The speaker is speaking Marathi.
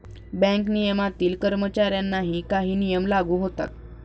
बँक नियमनातील कर्मचाऱ्यांनाही काही नियम लागू होतात